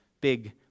big